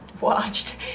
watched